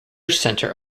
center